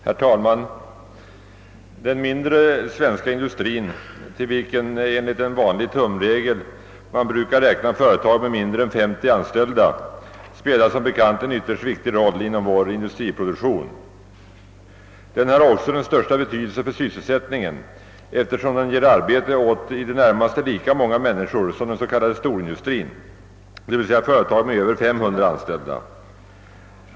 Herr talman! Den mindre svenska industrin, till vilken enligt en vanlig tumregel brukar räknas företag med mindre än 50 anställda, spelar som bekant en ytterst viktig roll inom vår industriproduktion. Den har också den största betydelse för sysselsättningen, eftersom den ger arbete åt i det närmaste lika många människor som den s.k. storindustrin, dvs. företag med över 500 anställda.